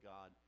God